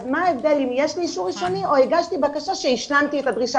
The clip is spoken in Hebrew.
אז מה ההבדל אם יש לי אישור ראשוני או הגשתי בקשה שהשלמתי את הדרישה